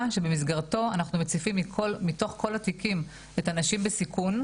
שבמסגרתו אנחנו מציפים מתוך כל התיקים את הנשים בסיכון,